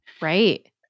Right